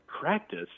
practice